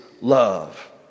love